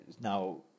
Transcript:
now